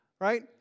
right